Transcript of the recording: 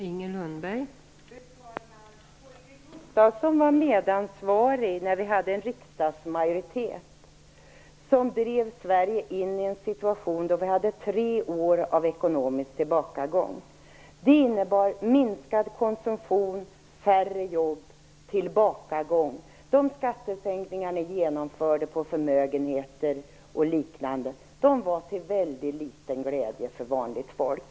Fru talman! Holger Gustafsson var medansvarig när vi hade en riksdagsmajoritet som drev Sverige in i en situation med tre år av ekonomisk tillbakagång. Det innebar minskad konsumtion, färre jobb och tillbakagång. De skattesänkningar på förmögenheter och liknande som denna majoritet genomförde var till väldigt liten glädje för vanligt folk.